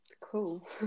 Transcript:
cool